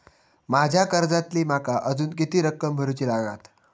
माझ्या कर्जातली माका अजून किती रक्कम भरुची लागात?